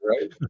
right